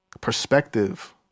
perspective